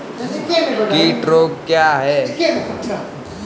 कीट रोग क्या है?